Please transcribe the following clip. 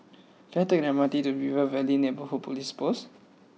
can I take the M R T to River Valley Neighbourhood Police Post